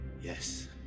Yes